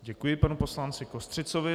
Děkuji panu poslanci Kostřicovi.